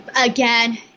Again